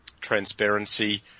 transparency